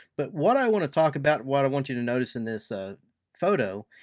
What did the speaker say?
but what i want to talk about, what i want you to notice in this ah photo,